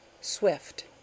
Swift